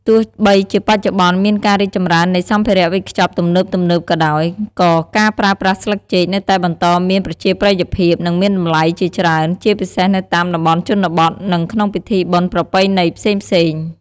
ទោះបីជាបច្ចុប្បន្នមានការរីកចម្រើននៃសម្ភារៈវេចខ្ចប់ទំនើបៗក៏ដោយ ក៏ការប្រើប្រាស់ស្លឹកចេកនៅតែបន្តមានប្រជាប្រិយភាព និងមានតម្លៃជាច្រើន ជាពិសេសនៅតាមតំបន់ជនបទ និងក្នុងពិធីបុណ្យប្រពៃណីផ្សេងៗ។